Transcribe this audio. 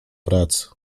pracy